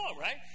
right